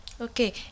Okay